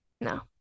no